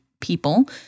people—